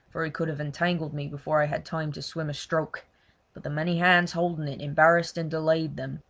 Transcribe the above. for he could have entangled me before i had time to swim a stroke but the many hands holding it embarrassed and delayed them,